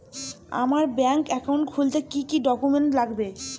আমার bank account খুলতে কি কি ডকুমেন্ট লাগবে?